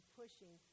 pushing